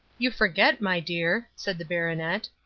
you forget, my dear, said the baronet,